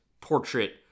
portrait